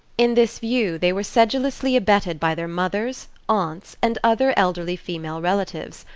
in this view they were sedulously abetted by their mothers, aunts and other elderly female relatives,